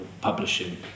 publishing